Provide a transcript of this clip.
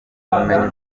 bumenyi